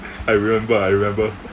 I remember I remember